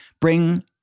bring